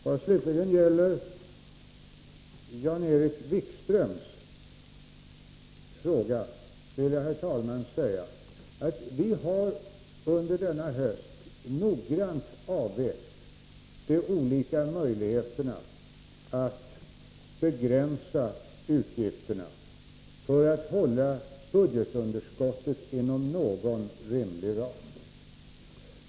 Vad slutligen gäller Jan-Erik Wikströms fråga vill jag, herr talman, säga att vi under hösten noggrant avvägt de olika möjligheterna att begränsa utgifterna för att hålla budgetunderskottet inom någon rimlig ram.